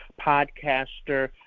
podcaster